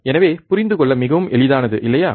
எனவே புரிந்து கொள்ள மிகவும் எளிதானது இல்லையா